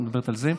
את מדברת על זה?